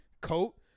coat